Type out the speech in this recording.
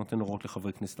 אני לא נותן הוראות לחברי כנסת.